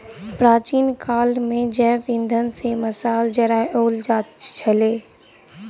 प्राचीन काल मे जैव इंधन सॅ मशाल जराओल जाइत छलै